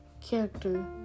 character